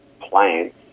plants